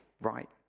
right